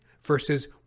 versus